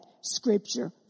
scripture